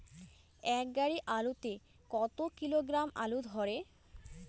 এক গাড়ি আলু তে কত কিলোগ্রাম আলু ধরে?